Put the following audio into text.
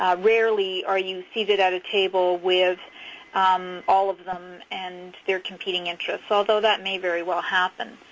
ah rarely are you seated at a table with all of them and their competing interests, although that may very well happen.